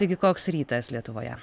taigi koks rytas lietuvoje